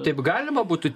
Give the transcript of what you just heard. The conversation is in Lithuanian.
taip galima būtų